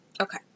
Okay